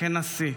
כנשיא,